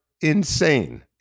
insane